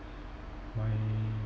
my